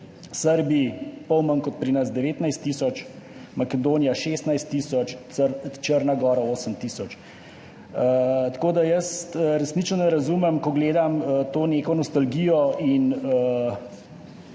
Srbiji pol manj kot pri nas, 19 tisoč, Makedonija 16 tisoč, Črna gora 8 tisoč. Tako da resnično ne razumem, ko gledam to neko nostalgijo in